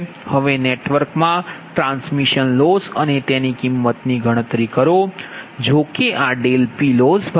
હવે નેટવર્કમાં transmission loss અને તેની કિંમતની ગણતરી કરો